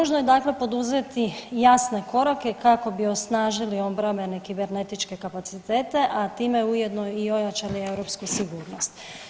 Nužno je dakle poduzeti jasne korake kako bi osnažili obrambene kibernetičke kapacitete, a time ujedno i ojačali europsku sigurnost.